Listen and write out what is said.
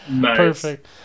Perfect